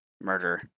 murder